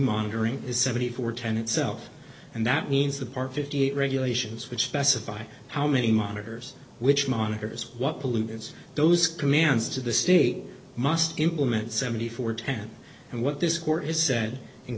monitoring is seventy four ten itself and that means the park fifty eight regulations which specify how many monitors which monitors what pollutants those commands to the state must implement seventy four ten and what th